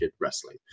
wrestling